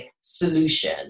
solution